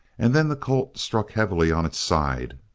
and then the colt struck heavily on its side,